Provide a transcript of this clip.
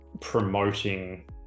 promoting